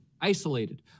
Isolated